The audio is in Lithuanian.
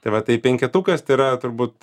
tai va tai penketukas tai yra turbūt